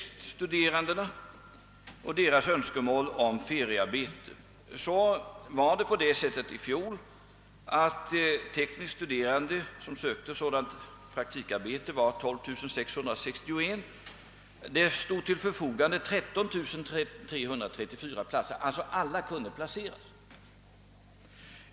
Vad beträffar den senare gruppen, de tekniskt studerande, som önskar ett feriearbete, var antalet sådana ungdomar som sökte praktikarbete i fjol 12 661. 13 334 platser stod till förfogande. Alla kunde alltså placeras.